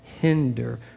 hinder